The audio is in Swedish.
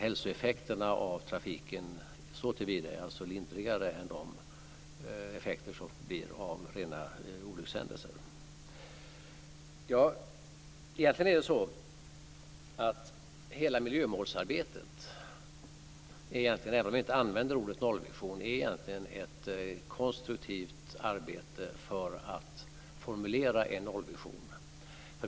Hälsoeffekterna av trafiken såtillvida är alltså lindrigare än de effekter som följer av rena olyckshändelser. Egentligen är hela miljömålsarbetet, även om vi inte använder ordet nollvision, ett konstruktivt arbete för att formulera en nollvision.